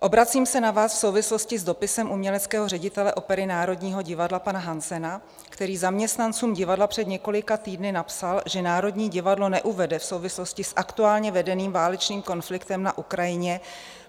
Obracím se na vás v souvislosti s dopisem uměleckého ředitele opery Národního divadla pana Hansena, který zaměstnancům divadla před několika týdny napsal, že Národní divadlo neuvede v souvislosti s aktuálně vedeným válečným konfliktem na Ukrajině